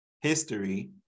history